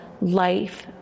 life